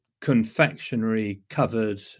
confectionery-covered